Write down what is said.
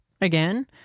again